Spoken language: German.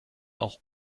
auch